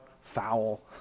foul